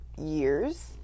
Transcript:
years